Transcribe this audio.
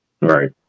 right